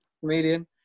comedian